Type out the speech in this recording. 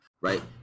right